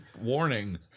Warning